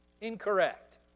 Incorrect